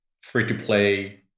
free-to-play